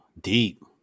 deep